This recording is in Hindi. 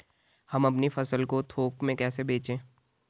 हम अपनी फसल को थोक में कैसे बेचें?